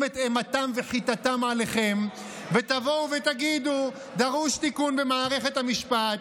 את אימתם וחיתתם עליכם ותבואו ותגידו: דרוש תיקון במערכת המשפט,